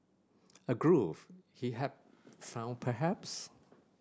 a groove he had found perhaps